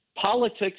Politics